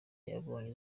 yabonye